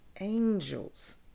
angels